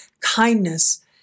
kindness